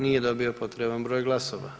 Nije dobio potreban broj glasova.